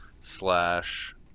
slash